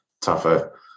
tougher